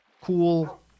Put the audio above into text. cool